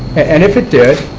and if it did,